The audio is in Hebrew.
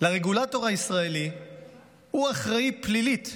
הרגולטור הישראלי הוא אחראי פלילית.